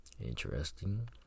Interesting